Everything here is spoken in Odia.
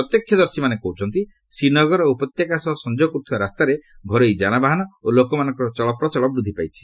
ପ୍ରତ୍ୟକ୍ଷଦର୍ଶୀମାନେ କହ୍ୱଚ୍ଚନ୍ତି ଶ୍ରୀନଗର ଓ ଉପତ୍ୟକା ସହ ସଂଯୋଗ କରୁଥିବା ରାସ୍ତାରେ ଘରୋଇ ଯାନବାହନ ଓ ଲୋକମାନଙ୍କର ଚଳପ୍ରଚଳ ବୃଦ୍ଧି ପାଇଛି